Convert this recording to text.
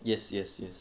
yes yes yes